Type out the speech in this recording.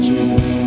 Jesus